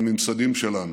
בממסדים שלנו,